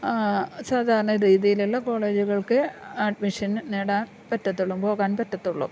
സാധാരണ രീതിയിലുള്ള കോളേജുകൾക്ക് അഡ്മിഷൻ നേടാൻ പറ്റത്തുള്ളു പോകാൻ പറ്റത്തുള്ളൂ